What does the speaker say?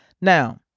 Now